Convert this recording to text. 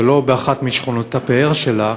ולא באחת משכונות הפאר שלה,